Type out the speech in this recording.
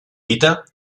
dita